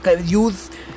use